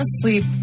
asleep